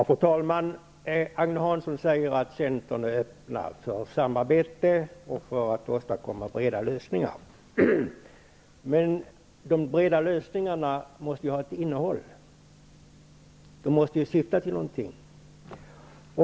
Fru talman! Agne Hansson säger att Centern är öppen för samarbete och för att åstadkomma breda lösningar. Men de breda lösningarna måste ha ett innehåll, de måste syfta till någonting.